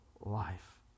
life